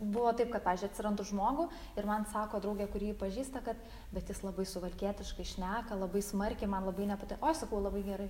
buvo taip kad pavyzdžiui atsirandu žmogų ir man sako drugė kuri jį pažįsta kad bet jis labai suvalkietiškai šneka labai smarkiai man labai nepat oi sakau labai gerai